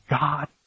God